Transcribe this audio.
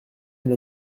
une